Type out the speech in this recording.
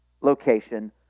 location